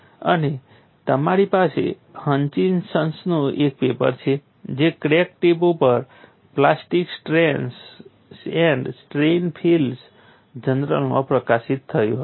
અને તમારી પાસે હચિન્સનનું એક પેપર છે જે ક્રેક ટિપ ઉપર plastic stress and strain fields 'Plastic stress and strain fields at a crack tip' છે જે સોલિડ્સના મિકેનિક્સ અને ફિઝિક્સ જર્નલમાં પ્રકાશિત થયું હતું